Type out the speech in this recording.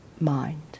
mind